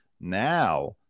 now